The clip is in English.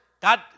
God